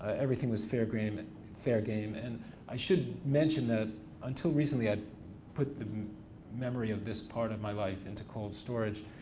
everything was fair and fair game and i should mention that until recently i'd put the memory of this part of my life into cold storage,